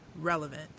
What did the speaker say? relevant